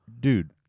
Dude